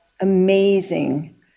amazing